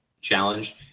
challenge